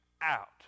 out